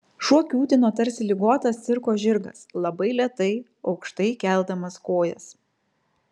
šuo kiūtino tarsi ligotas cirko žirgas labai lėtai aukštai keldamas kojas